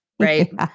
right